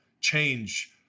change